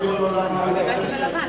ויסביר לו למה הוא חושב שההתנגדות לא במקומה,